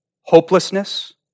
Hopelessness